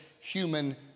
human